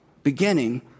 beginning